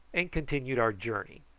and continued our journey.